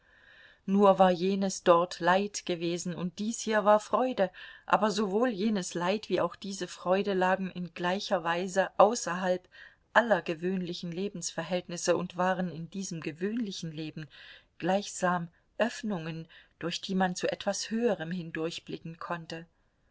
nur war jenes dort leid gewesen und dies hier war freude aber sowohl jenes leid wie auch diese freude lagen in gleicher weise außerhalb aller gewöhnlichen lebensverhältnisse und waren in diesem gewöhnlichen leben gleichsam öffnungen durch die man zu etwas höherem hindurchblicken konnte